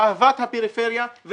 אהבת הפריפריה,